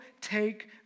take